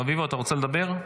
רביבו, אתה רוצה לדבר?